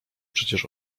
przecież